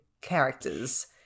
characters